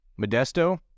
Modesto